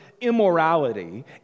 immorality